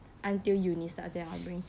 until uni start then I bring